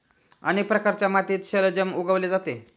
अनेक प्रकारच्या मातीत शलजम उगवले जाते